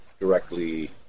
directly